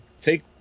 take